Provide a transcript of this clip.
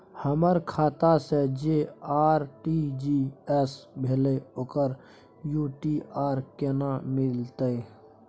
हमर खाता से जे आर.टी.जी एस भेलै ओकर यू.टी.आर केना मिलतै?